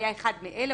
היה אחד מאלה,